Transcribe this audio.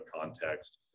context